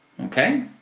okay